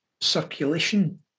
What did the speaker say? circulation